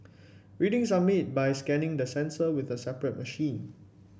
readings are made by scanning the sensor with a separate machine